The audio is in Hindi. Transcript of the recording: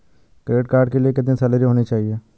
क्रेडिट कार्ड के लिए कितनी सैलरी होनी चाहिए?